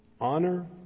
honor